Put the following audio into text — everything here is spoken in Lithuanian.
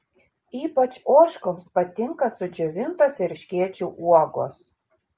ypač ožkoms patinka sudžiovintos erškėčių uogos